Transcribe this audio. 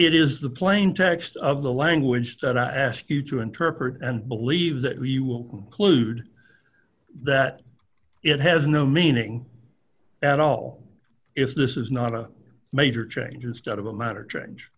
it is the plain text of the language that i ask you to interpret and believe that we will include that it has no meaning at all if this is not a major change instead of a matter change